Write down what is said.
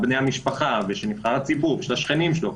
של בני המשפחה ושל השכנים שלו,